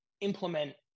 implement